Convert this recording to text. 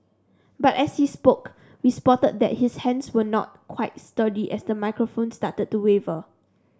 but as he spoke we spotted that his hands were not quite sturdy as the microphone started to waver